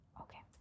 okay